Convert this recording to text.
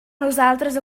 nosaltres